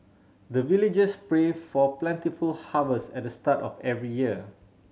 the villagers pray for plentiful harvest at the start of every year